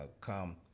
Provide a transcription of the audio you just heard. come